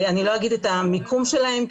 אני לא אגיד את המיקום שלהם,